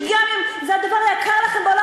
גם אם זה הדבר היקר לכם בעולם,